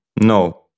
no